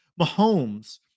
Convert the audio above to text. Mahomes